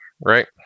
right